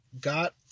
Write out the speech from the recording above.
got